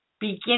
begin